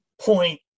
point